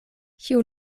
kiu